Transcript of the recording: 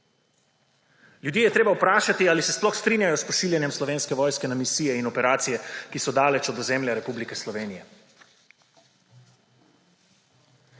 Ljudi je treba vprašati, ali se sploh strinjajo s pošiljam Slovenske vojske na misije in operacije, ki so daleč od ozemlja Republike Slovenije.